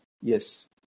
Yes